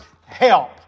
help